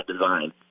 design